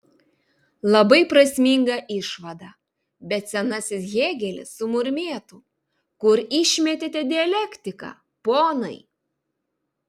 labai prasminga išvada bet senasis hėgelis sumurmėtų kur išmetėte dialektiką ponai